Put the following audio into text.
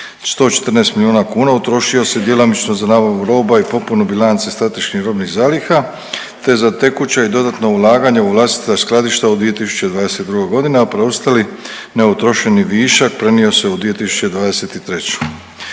53,114 milijuna kuna utrošio se djelomično za nabavu roba i popunu bilance strateških robnih zaliha, te za tekuća i dodatna ulaganja u vlastita skladišta u 2022. godini, a preostali neutrošeni višak prenio se u 2023. Ovo